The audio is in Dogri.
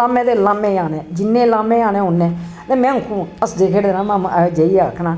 लाह्में दे लाह्में आने जिन्ने लाह्में आने उन्ने ते में हसदे खेढदे रौह्ना में जाइयै आखना